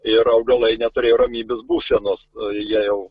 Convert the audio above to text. ir augalai neturėjo ramybės būsenos jie jau